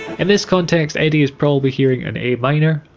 and this context eddie is probably hearing and a minor